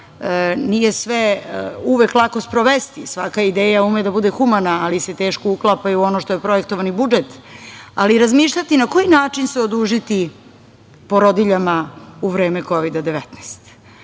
nije sve uvek lako sprovesti, svaka ideja ume da bude humana, ali se teško uklapa u ono što je projektovani budžet, ali razmišljati na koji način se odužiti porodiljama u vreme